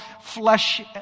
flesh